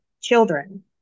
children